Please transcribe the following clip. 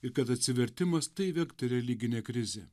ir kad atsivertimas tai vekti religinė krizė